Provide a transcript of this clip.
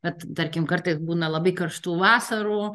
bet tarkim kartais būna labai karštų vasarų